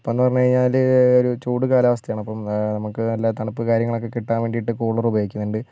ഇപ്പം എന്ന് പറഞ്ഞു കഴിഞ്ഞാൽ ചൂട് കാലാവസ്ഥയാണ് അപ്പം നമുക്ക് നല്ല തണുപ്പും കാര്യങ്ങളൊക്കെ കിട്ടാൻ വേണ്ടിയിട്ട് കൂളർ ഉപയോഗിക്കുന്നുണ്ട്